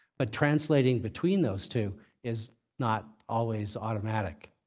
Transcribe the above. but translating between those two is not always automatic.